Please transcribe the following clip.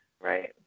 Right